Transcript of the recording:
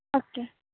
okay